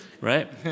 right